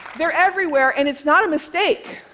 they're everywhere, and it's not a mistake.